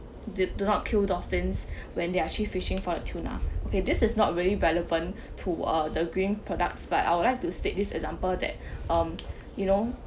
did do not kill dolphins when they are actually fishing for the tuna okay this is not really relevant to uh the green products but I would like to state this example that um you know